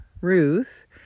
Ruth